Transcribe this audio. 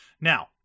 Now